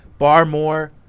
Barmore